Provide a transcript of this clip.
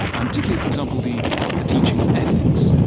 and particularly, for example, the the teaching of ethics,